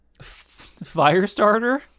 Firestarter